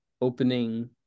opening